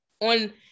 on